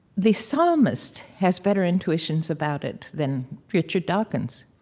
the psalmist has better intuitions about it than richard dawkins.